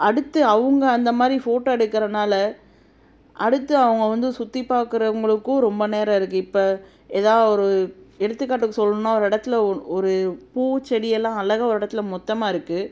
அடுத்து அவங்க அந்தமாதிரி ஃபோட்டோ எடுக்குறதுனால அடுத்து அவங்க வந்து சுற்றி பார்க்குறவங்களுக்கும் ரொம்ப நேரம் இருக்குது இப்போ எதா ஒரு எடுத்துக்காட்டுக்கு சொல்லணும்னா ஒரு இடத்துல ஒரு பூச்செடியெல்லாம் அழகா ஒரு இடத்துல மொத்தமாக இருக்குது